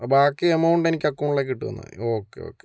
ബാക്കി എമൗണ്ട് എനിക്ക് അക്കോണ്ടിലേക്ക് ഇട്ടു തന്നാൽ മതി ഓക്കെ ഓക്കെ